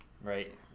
right